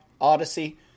Odyssey